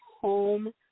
home